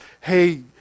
hey